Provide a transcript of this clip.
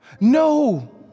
no